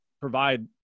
provide